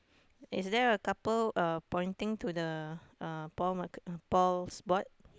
is there a couple uh pointing to the uh Paul-McCart~ uh Paul's board